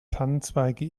tannenzweige